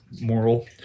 moral